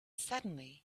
suddenly